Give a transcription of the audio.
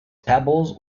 pebbles